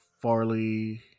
Farley